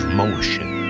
motion